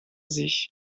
sich